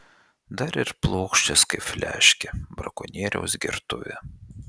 dar ir plokščias kaip fliaškė brakonieriaus gertuvė